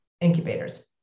incubators